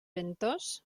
ventós